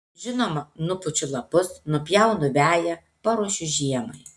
žinoma nupučiu lapus nupjaunu veją paruošiu žiemai